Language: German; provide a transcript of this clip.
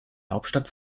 hauptstadt